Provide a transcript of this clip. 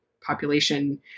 population